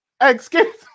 excuse